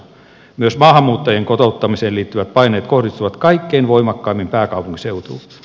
myös maahanmuuttajien kotouttamiseen liittyvät paineet kohdistuvat kaikkein voimakkaimmin pääkaupunkiseutuun